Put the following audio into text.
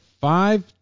five